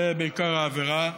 אלו בעיקר העבירות.